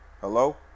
Hello